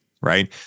right